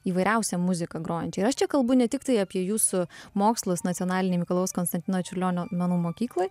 įvairiausią muziką grojančią ir aš čia kalbu ne tiktai apie jūsų mokslus nacionalinėj mikalojaus konstantino čiurlionio menų mokykloj